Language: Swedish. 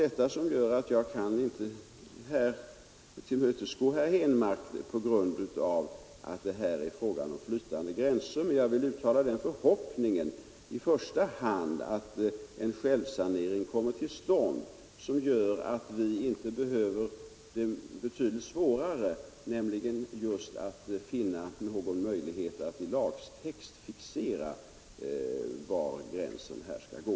Det som gör att jag inte kan tillmötesgå herr Henmark är alltså just detta att det är fråga om flytande gränser. Jag vill dock uttala den förhoppningen att en självsanering kommer till stånd, vilken gör att vi inte behöver ta ställning till det som är betydligt svårare, nämligen att finna någon möjlighet att i lagtext fixera var gränsen skall gå.